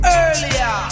earlier